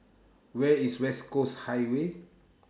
Where IS West Coast Highway